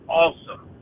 awesome